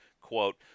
quote